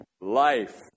life